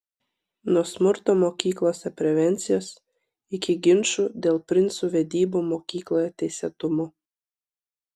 nuo smurto mokyklose prevencijos iki ginčų dėl princų vedybų mokykloje teisėtumo